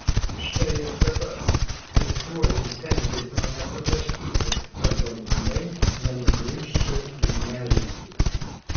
štai ir dabar jis uoliai stengiasi mane prablaškyti kad galutinai nenugrimzčiau į neviltį